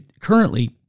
currently